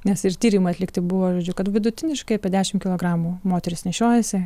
nes ir tyrimą atlikti buvo žodžiu kad vidutiniškai apie dešimt kilogramų moteris nešiojasi